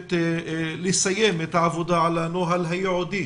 מבקשת לסיים את העבודה על הנוהל הייעודי